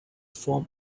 form